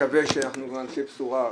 דווקא בנושא הזה אני מקווה שאנחנו אנשי בשורה.